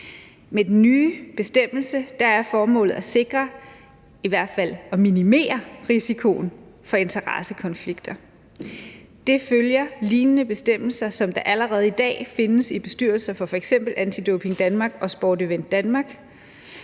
Med den nye bestemmelse er formålet at sikre mod eller i hvert fald at minimere risikoen for interessekonflikter. Det følger lignende bestemmelser, som der allerede i dag findes i bestyrelserne for f.eks. Anti Doping Danmark og Sport Event Denmark,